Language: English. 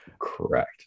Correct